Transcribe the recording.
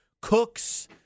cooks